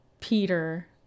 Peter